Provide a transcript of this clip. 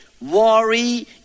worry